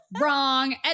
wrong